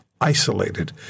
isolated